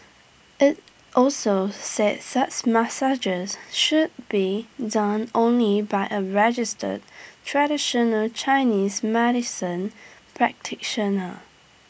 IT also say such massages should be done only by A registered traditional Chinese medicine practitioner